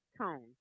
tone